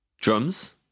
Drums